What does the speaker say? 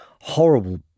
Horrible